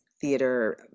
theater